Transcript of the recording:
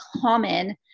common